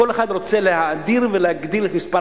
כל אחד רוצה להאדיר ולהגדיל את מספר